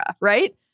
right